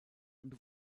und